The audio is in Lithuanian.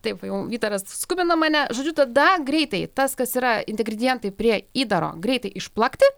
taip jau vytaras skubina mane žodžiu tada greitai tas kas yra inteligentai prie įdaro greitai išplakti